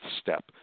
step